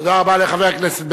תודה רבה לחבר הכנסת בן-ארי.